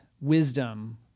wisdom